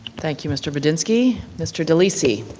thank you, mr. budinski. mr. delisi.